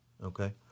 okay